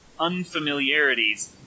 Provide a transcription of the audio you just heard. unfamiliarities